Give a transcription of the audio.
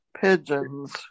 Pigeons